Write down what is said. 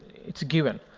it's a given.